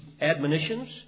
admonitions